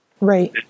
Right